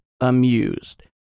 amused